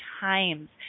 times